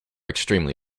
extremely